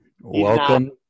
Welcome